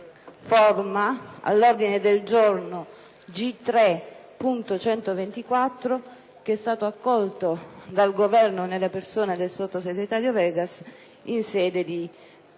forma all'ordine del giorno G3.124 che è stato accolto dal Governo, nella persona del sottosegretario Vegas, in sede di